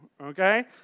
okay